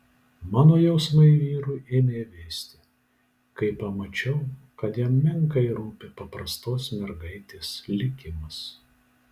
mano jausmai vyrui ėmė vėsti kai pamačiau kad jam menkai rūpi paprastos mergaitės likimas